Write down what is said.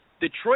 Detroit